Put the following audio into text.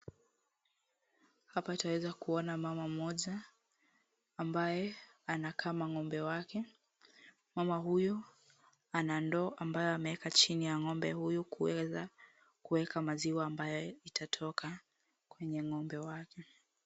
Hapa twaweza kuona mama mmoja ambaye anakama ng'ombe wake. Mama huyu ana ndoo ambayo ameweka chini ya ng'ombe huyu kuweza kuweka maziwa ambayo itatoka kwenye ng'ombe wake.